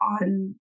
on